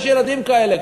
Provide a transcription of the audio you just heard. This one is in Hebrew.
יש ילדים כאלה,